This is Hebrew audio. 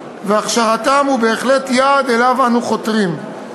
והכשרתם הם בהחלט יעד שאליו אנו חותרים.